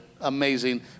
Amazing